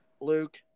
Luke